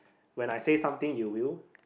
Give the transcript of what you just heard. when I say something you will